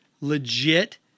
legit